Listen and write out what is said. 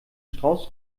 strauß